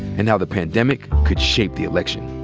and how the pandemic could shape the election.